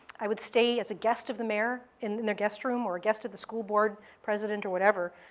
i would stay as a guest of the mayor in their guest room or guest of the school board president or whatever.